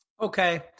Okay